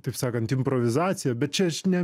taip sakant improvizacija bet čia aš ne